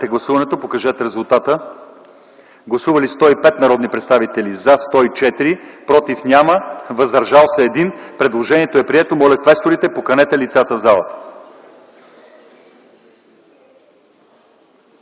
гласуват. Гласували 105 народни представители: за 104, против няма, въздържал се 1. Предложението е прието. Моля, квесторите, поканете лицата в залата.